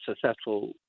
successful